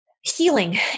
healing